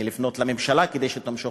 לפנות לממשלה כדי שתמשוך,